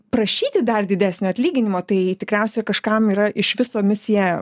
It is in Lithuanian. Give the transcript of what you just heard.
prašyti dar didesnio atlyginimo tai tikriausiai kažkam yra iš viso misija